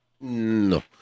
No